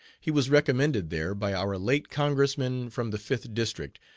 he was recommended there by our late congressman from the fifth district,